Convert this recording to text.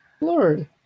Lord